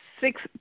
six